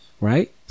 right